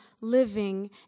living